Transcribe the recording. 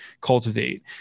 cultivate